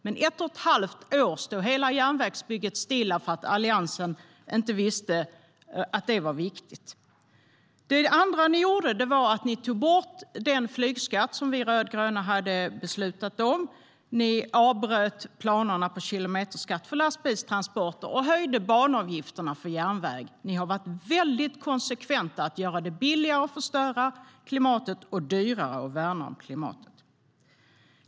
Men ett och ett halvt år stod hela järnvägsbygget stilla därför att Alliansen inte visste att det var viktigt. Det andra ni gjorde var att ni tog bort den flygskatt som vi rödgröna hade beslutat om. Ni avbröt planerna på kilometerskatt för lastbilstransporter och höjde banavgifterna för järnväg. Ni har varit väldigt konsekventa i att göra det billigare att förstöra klimatet och att göra det dyrare att värna om klimatet.